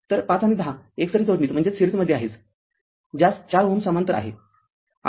तर५ आणि १० एकसरी जोडणीत आहेत ज्यास ४ Ω समांतर आहे